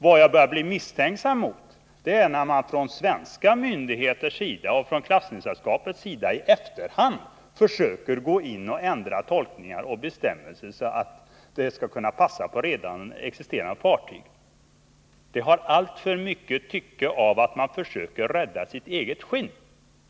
Det jag tycker är betänkligt är att man från svenska myndigheters sida och från klassificeringssällskapens sida i efterhand försöker gå in och ändra tolkningar och bestämmelser så att de skall kunna passa för redan existerande fartyg. Det har alltför mycket tycke av försök att rädda sitt eget skinn.